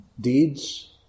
deeds